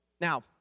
Now